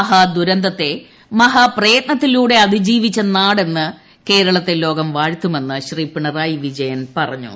മഹാദുരന്തത്തെ മഹാപ്ര്യത്നത്തിലൂടെ അതിജീവിച്ച നാടെന്ന് കേരളത്തെ ലോകം വാഴ്ത്തുമെന്ന് ശ്രീ പിണറായി വിജയൻ പറഞ്ഞു